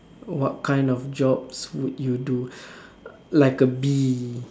what kind of jobs would you do like a bee